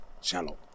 shallow